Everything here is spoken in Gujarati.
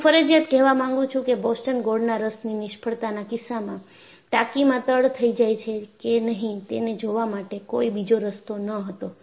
હું ફરજીયાત કહેવા માંગુ છું કે બોસ્ટન ગોળના રસની નિષ્ફળતાના કિસ્સામાં ટાંકીમાં તડ થઈ જાય છે કે નહી તેને જોવા માટે કોઈ બીજો રસ્તો ન હતો